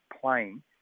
playing